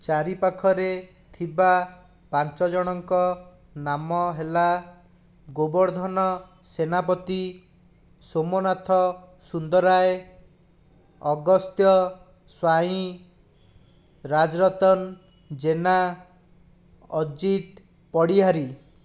ଚାରିପାଖରେ ଥିବା ପାଞ୍ଚ ଜଣଙ୍କ ନାମ ହେଲା ଗୋବରର୍ଦ୍ଧନ ସେନାପତି ସୋମନାଥ ସୁନ୍ଦରାୟ ଅଗସ୍ତ୍ୟ ସ୍ୱାଇଁ ରାଜରତନ ଜେନା ଅଜିତ ପଡ଼ିହାରି